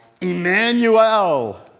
Emmanuel